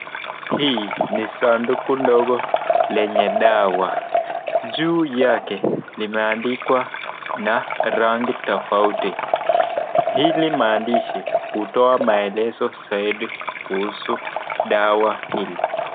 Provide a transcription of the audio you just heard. Hii ni sanduku ndogo lenye dawa. Juu yake limeandikwa na rangi tofauti. Hili maandishi hutoa maelezo zaidi kuhusu dawa hili.